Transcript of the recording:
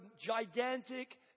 gigantic